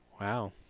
Wow